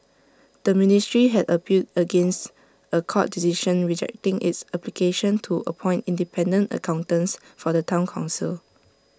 the ministry had appealed against A court decision rejecting its application to appoint independent accountants for the Town Council